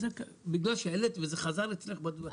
בגלל שהעלית וזה חזר אצלך בדברים.